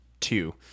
two